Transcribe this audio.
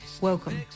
welcome